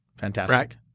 fantastic